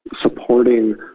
supporting